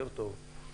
יותר טוב,